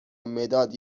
مداد